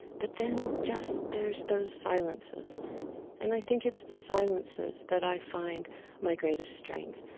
but then just there's those silences and i think it's the silences that i find my greatest strength,